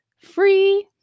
Free